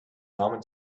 common